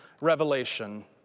revelation